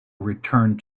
returned